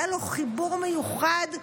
היה לו חיבור מיוחד,